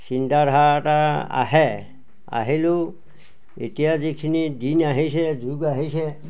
চিন্তাধাৰা এটা আহে আহিলেও এতিয়া যিখিনি দিন আহিছে যুগ আহিছে